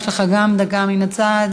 יש גם לך דקה, מן הצד.